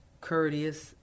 courteous